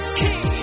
key